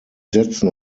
setzen